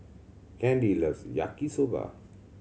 Candy loves Yaki Soba